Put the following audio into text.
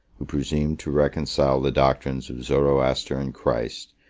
who presumed to reconcile the doctrines of zoroaster and christ,